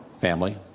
family